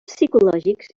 psicològics